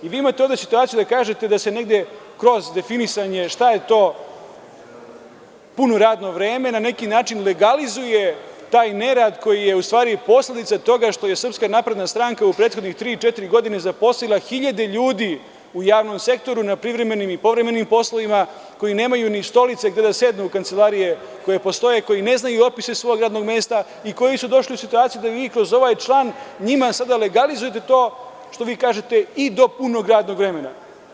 I vi imate ovde situaciju da kažete da se negde kroz definisanje šta je to puno radno vreme na neki način legalizuje taj nerad, koji je u stvari posledica toga što je SNS u prethodne tri-četiri godine zaposlila hiljade ljudi u javnom sektoru na privremenim i povremenim poslovima, koji nemaju ni stolice gde da sednu u kancelarije koje postoje, koji ne znaju opise svog radnog mesta i koji su došli u situaciju da vi kroz ovaj član njima sada legalizujete, to što vi kažete - i do punog radnog vremena.